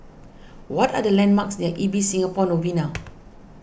what are the landmarks near Ibis Singapore Novena